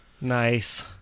Nice